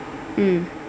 mm